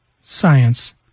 science